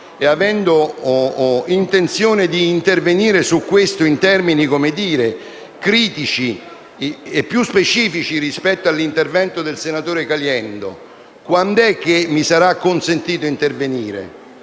e avendo intenzione di intervenire su questo in termini critici e più specifici rispetto all'intervento del senatore Caliendo, quand'è che mi sarà consentito intervenire?